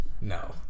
No